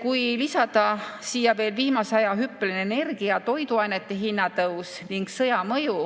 Kui lisada siia veel viimase aja hüppeline energia ja toiduainete hinna tõus ning sõja mõju,